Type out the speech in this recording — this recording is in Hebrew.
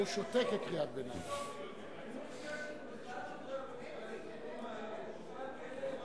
אני מודה לחבר הכנסת כרמל שאמה על נאומו.